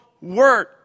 word